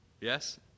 Yes